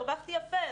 הרווחתי יפה,